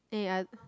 ya ya